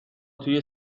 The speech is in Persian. توی